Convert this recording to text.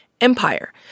Empire